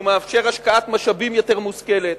כי הוא מאפשר השקעת משאבים יותר מושכלת,